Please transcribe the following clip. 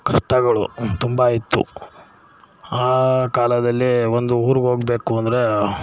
ಕಷ್ಟಗಳು ತುಂಬ ಇತ್ತು ಆ ಕಾಲದಲ್ಲಿ ಒಂದು ಊರಿಗೆ ಹೋಗ್ಬೇಕು ಅಂದರೆ